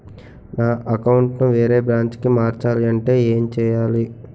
నా అకౌంట్ ను వేరే బ్రాంచ్ కి మార్చాలి అంటే ఎం చేయాలి?